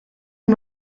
amb